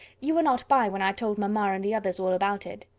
you were not by, when i told mamma and the others all about it.